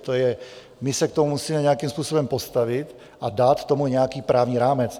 My se k tomu musíme nějakým způsobem postavit a dát tomu nějaký právní rámec.